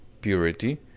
purity